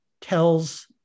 tells